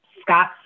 Scott